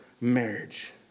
marriage